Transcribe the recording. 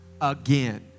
again